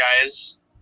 guys